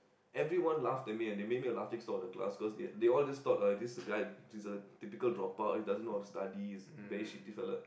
everyone laughed at me and they made me a laughing stock of the class cause they they all just thought oh this is the guy which is a typical drop out he doesn't know how to study is very shitty fella